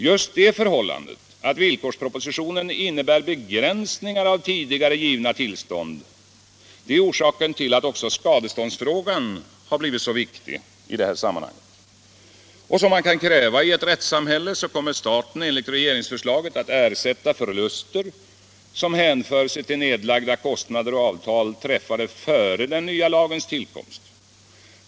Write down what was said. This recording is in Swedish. Just det förhållandet att villkorspropositionen innebär begränsningar av tidigare givna tillstånd är orsaken till att också skadeståndsfrågan har blivit så viktig i sammanhanget. Som man kan kräva i ett rättssamhälle kommer staten enligt regeringsförslaget att ersätta förluster som hänför sig till nedlagda kostnader och avtal träffade före den nya lagens tillkomst.